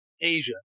Asia